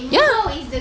ya